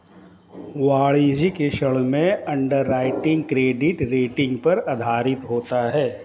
वाणिज्यिक ऋण में अंडरराइटिंग क्रेडिट रेटिंग पर आधारित होता है